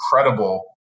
incredible